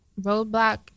roadblock